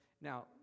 now